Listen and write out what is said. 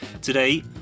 Today